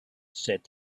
said